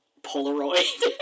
Polaroid